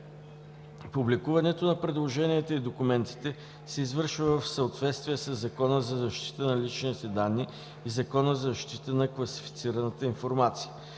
Публикуването на предложенията и документите се извършва в съответствие със Закона за защита на личните данни и Закона за защита на класифицираната информация.